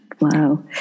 Wow